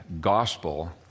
gospel